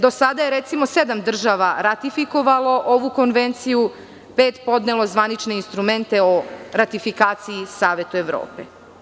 Do sada je, recimo, sedam država ratifikovalo ovu konvenciju, pet podnelo zvanične instrumente o ratifikaciji Savetu Evrope.